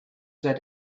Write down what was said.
that